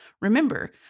Remember